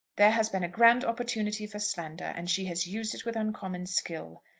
there has been a grand opportunity for slander, and she has used it with uncommon skill.